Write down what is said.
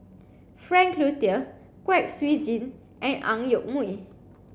Frank Cloutier Kwek Siew Jin and Ang Yoke Mooi